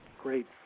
great